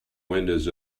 windows